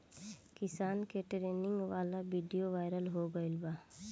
किसान के ट्रेनिंग वाला विडीओ वायरल हो गईल बा